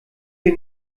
wir